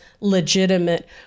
legitimate